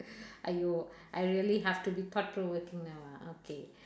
!aiyo! I really have to be thought provoking now ah okay